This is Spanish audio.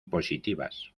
positivas